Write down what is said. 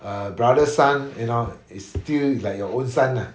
a brother son you know is still like your own son lah